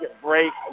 break